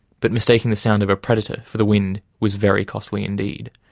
but mistaking the sound of a predator for the wind was very costly indeed.